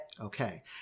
Okay